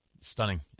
stunning